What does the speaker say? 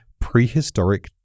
prehistoric